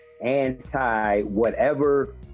anti-whatever